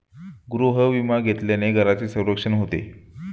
गृहविमा घेतल्याने घराचे संरक्षण होते